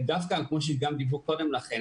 כמו שגם אמרו קודם לכן,